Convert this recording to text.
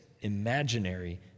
imaginary